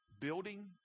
Building